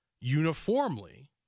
uniformly